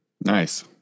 Nice